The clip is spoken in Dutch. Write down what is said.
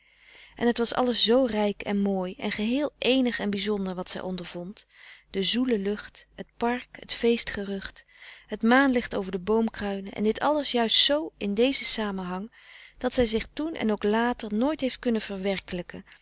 en het was alles zoo rijk en mooi en geheel eenig en bizonder wat zij ondervond de zoele lucht het park het feestgerucht het maanlicht over de boomkruinen en dit alles juist zoo in dezen samenhang dat zij zich toen en ook later nooit heeft kunnen